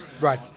Right